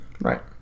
Right